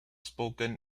spoken